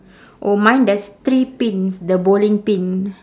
oh mine there's three pins the bowling pin